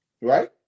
right